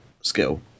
skill